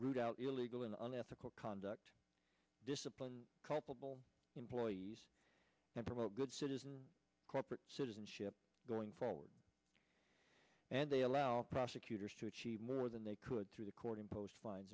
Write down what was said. root out illegal and unethical conduct disciplined culpable employees and promote good citizen corporate citizenship going forward and they allow prosecutors to achieve more than they could through the court imposed fin